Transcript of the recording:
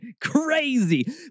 crazy